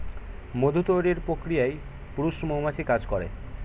মধু তৈরির প্রক্রিয়ায় পুরুষ মৌমাছি কাজ করে